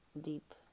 deep